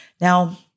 Now